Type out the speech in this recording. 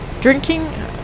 Drinking